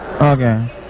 okay